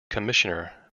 commissioner